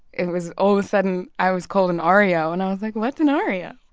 it was all of a sudden, i was called an oreo. and i was like, what's an oreo?